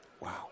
Wow